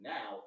Now